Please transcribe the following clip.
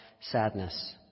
Sadness